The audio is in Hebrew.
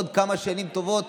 בעוד כמה שנים טובות,